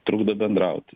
trukdo bendrauti